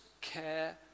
care